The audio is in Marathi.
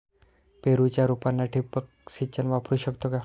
पेरूच्या रोपांना ठिबक सिंचन वापरू शकतो का?